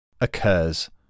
occurs